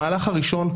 המהלך הראשון,